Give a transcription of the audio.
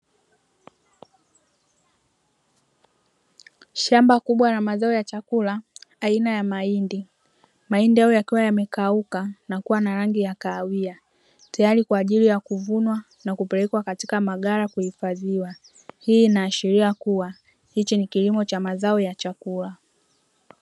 Shamba kubwa la mazao ya chakula aina ya mahindi. Mahindi hayo yakiwa yamekauka na kuwa na rangi ya kahawia tayari kwa ajili ya kuvunwa na kupelekwa katika maghala kuhifadhiwa. Hii inaashiria kuwa hiki ni kilimo cha mazao ya chakula.